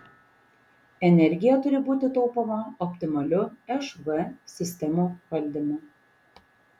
energija turi būti taupoma optimaliu šv sistemų valdymu